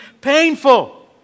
painful